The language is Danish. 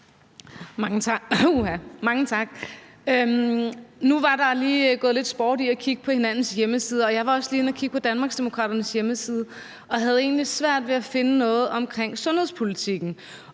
Mange tak. Nu er der lige gået lidt sport i at kigge på hinandens hjemmesider, og jeg var også lige inde at kigge på Danmarksdemokraternes hjemmeside og havde egentlig svært ved at finde noget om sundhedspolitikken.